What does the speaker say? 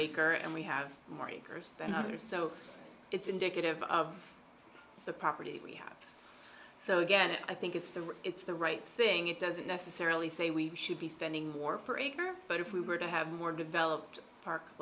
acre and we have more than others so it's indicative of the property we have so again i think it's the right it's the right thing it doesn't necessarily say we should be spending more per acre but if we were to have more developed